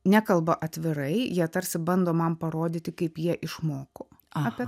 nekalba atvirai jie tarsi bando man parodyti kaip jie išmoko apie